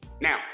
Now